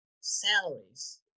salaries